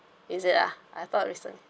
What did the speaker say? is it ah I thought recent